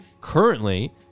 Currently